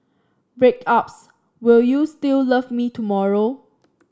breakups will you still love me tomorrow